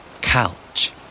Couch